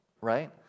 Right